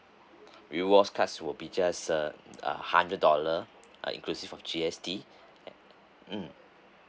reward card will be just uh a hundred dollar uh inclusive of G_S_T mm